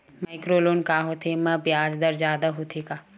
Micro loan का होथे येमा ब्याज दर जादा होथे का?